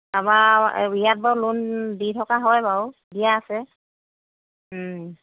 আমাৰ ইয়াত বাৰু লোন দি থকা হয় বাৰু দিয়ে আছে